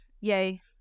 Yay